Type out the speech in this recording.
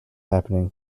happening